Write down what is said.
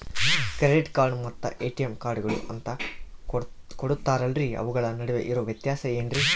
Credit card ಮತ್ತ ATM ಕಾರ್ಡುಗಳು ಅಂತಾ ಕೊಡುತ್ತಾರಲ್ರಿ ಅವುಗಳ ನಡುವೆ ಇರೋ ವ್ಯತ್ಯಾಸ ಏನ್ರಿ?